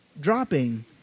dropping